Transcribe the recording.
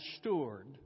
steward